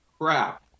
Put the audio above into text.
crap